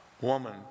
woman